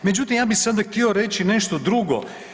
Međutim, ja bi sada htio reći nešto drugo.